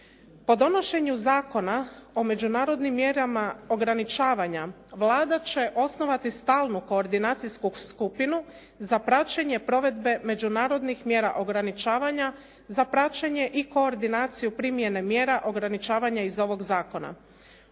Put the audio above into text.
Po donošenju zakona o međunarodnim mjerama ograničavanja, Vlada će osnovati stalnu koordinacijsku skupinu za praćenje provedbe međunarodnih mjera ograničavanja, za praćenje i koordinaciju primjene mjera ograničavanja iz ovog zakona.